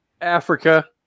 Africa